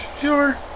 Sure